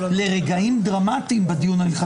זה שמור לרגעים דרמטיים בדיון.